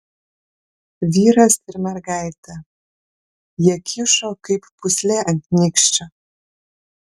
vyras ir mergaitė jie kyšo kaip pūslė ant nykščio